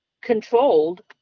controlled